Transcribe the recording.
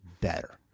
better